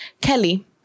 Kelly